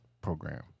program